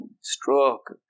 stroke